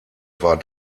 war